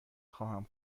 خواهم